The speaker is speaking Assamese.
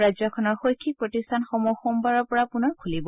ৰাজ্যখনৰ শৈক্ষিক প্ৰতিষ্ঠানসমূহ সোমবাৰৰ পৰা পুনৰ খুলিব